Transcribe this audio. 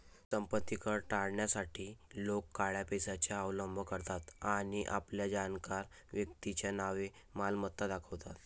संपत्ती कर टाळण्यासाठी लोक काळ्या पैशाचा अवलंब करतात आणि आपल्या जाणकार व्यक्तीच्या नावे मालमत्ता दाखवतात